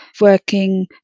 working